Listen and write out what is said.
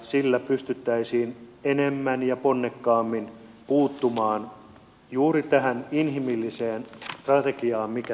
sillä pystyttäisiin enemmän ja ponnekkaammin puuttumaan juuri tähän inhimilliseen tragediaan mikä tähän liittyy